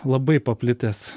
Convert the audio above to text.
labai paplitęs